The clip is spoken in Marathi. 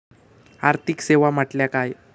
आर्थिक सेवा म्हटल्या काय?